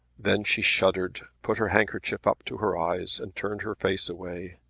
then she shuddered, put her handkerchief up to her eyes, and turned her face away.